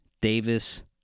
Davis